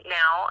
now